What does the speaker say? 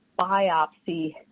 biopsy